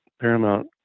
Paramount